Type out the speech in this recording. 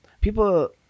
people